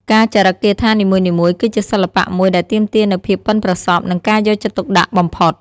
ការចារិកគាថានីមួយៗគឺជាសិល្បៈមួយដែលទាមទារនូវភាពប៉ិនប្រសប់និងការយកចិត្តទុកដាក់បំផុត។